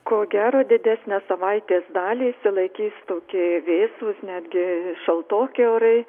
ko gero didesnę savaitės dalį išsilaikys tokie vėsūs netgi šaltoki orai